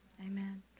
Amen